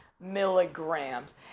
milligrams